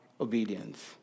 obedience